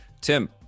Tim